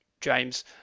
James